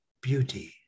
beauty